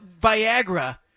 Viagra